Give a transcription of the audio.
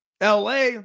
LA